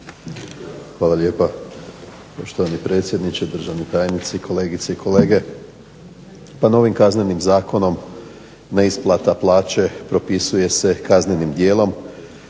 Hvala lijepa poštovani predsjedniče, državni tajniče, kolegice i kolege. Pa ovim Kaznenim zakonom neisplata plaće propisuje se kaznenim djelom